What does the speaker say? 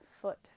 foot